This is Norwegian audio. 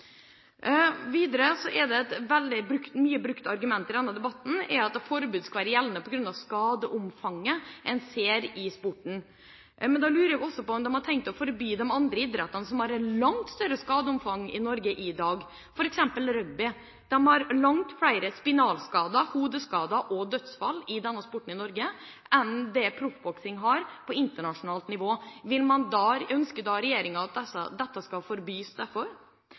Et veldig mye brukt argument i denne debatten er at forbudet skal være gjeldende på grunn av skadeomfanget en ser i sporten. Da lurer jeg på om de også har tenkt å forby de andre idrettene som har et langt større skadeomfang i Norge i dag, f.eks. rugby. De har langt flere spinalskader, hodeskader og dødsfall i denne sporten i Norge enn det proffboksing har på internasjonalt nivå. Ønsker regjeringa at dette skal forbys